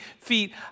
feet